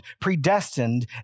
predestined